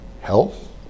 health